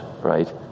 Right